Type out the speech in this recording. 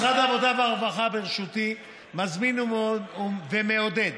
משרד העבודה והרווחה בראשותי מזמין ומעודד